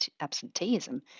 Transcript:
absenteeism